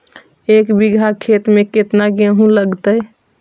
एक बिघा खेत में केतना गेहूं लगतै?